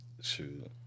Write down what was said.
Shoot